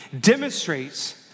demonstrates